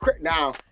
Now